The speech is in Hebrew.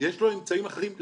יש לו אמצעים אחרים.